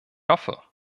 hoffe